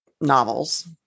novels